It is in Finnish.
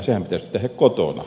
sehän pitäisi tehdä kotona